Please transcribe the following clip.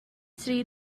tri